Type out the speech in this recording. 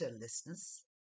listeners